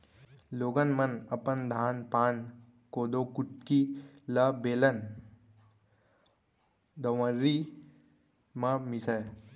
लोगन मन अपन धान पान, कोदो कुटकी ल बेलन, दउंरी म मीसय